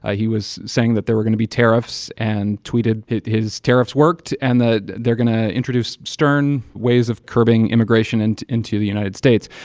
ah he was saying that there were going to be tariffs and tweeted his his tariffs worked and that they're going to introduce stern ways of curbing immigration and into the united states.